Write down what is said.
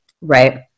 right